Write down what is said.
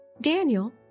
Daniel